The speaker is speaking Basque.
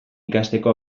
ikasteko